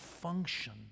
function